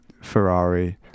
Ferrari